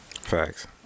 Facts